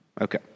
Okay